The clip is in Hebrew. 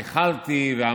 איחלתי,